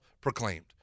proclaimed